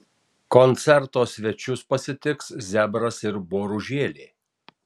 koncerto svečius pasitiks zebras ir boružėlė